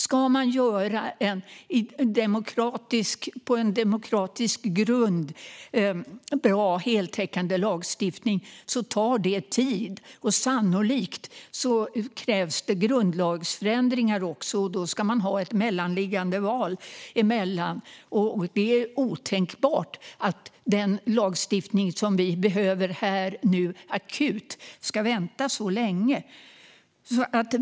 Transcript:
Om man på demokratisk grund ska göra en bra och heltäckande lagstiftning tar det tid. Sannolikt krävs också grundlagsförändringar, och då ska det vara ett mellanliggande val. Det är otänkbart att den lagstiftning som vi nu akut behöver ska dröja så länge.